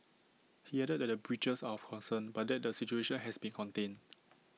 he added that the breaches are of concern but that the situation has been contained